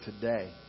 today